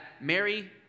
Mary